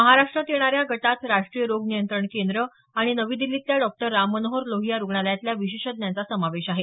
महाराष्ट्रात येणाऱ्या गटात राष्ट्रीय रोग नियंत्रण केंद्र आणि नवी दिल्लीतल्या डॉक्टर राम मनोहर लोहिया रुग्णालयातल्या विशेषज्ञांचा समावेश आहे